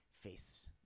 face